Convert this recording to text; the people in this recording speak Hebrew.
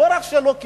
לא רק שלא קיצצו.